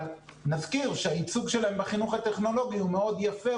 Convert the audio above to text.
אבל נזכיר שהייצוג שלהם בחינוך הטכנולוגי הוא מאוד יפה,